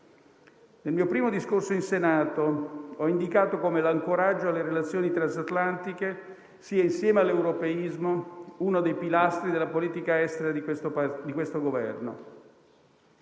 Nel mio primo discorso in Senato ho indicato come l'ancoraggio alle relazioni transatlantiche sia, insieme all'europeismo, uno dei pilastri della politica estera di questo Governo.